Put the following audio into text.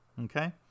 Okay